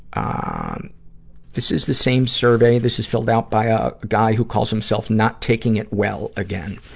um this is the same survey. this is filled out by a guy who calls himself not taking it well again.